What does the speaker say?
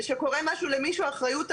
כשקורה משהו למישהו האחריות עלינו.